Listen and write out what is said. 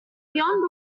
beyond